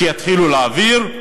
ויתחילו להעביר,